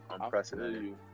unprecedented